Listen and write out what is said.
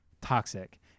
toxic